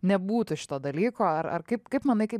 nebūtų šito dalyko ar ar kaip kaip manai kaip